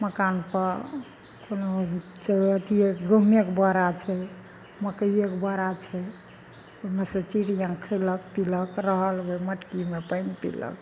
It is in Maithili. मकानपर कोनो अथीये गहुँमेके बोड़ा छै मकइयेके बोड़ा छै ओइमे सँ चिड़ियाँ खयलक पिलक रहल ओइ मटकीमे पानि पिलक